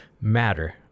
matter